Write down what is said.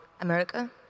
America